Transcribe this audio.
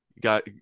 got